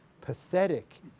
Pathetic